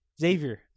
Xavier